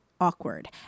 awkward